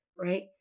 right